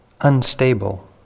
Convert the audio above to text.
unstable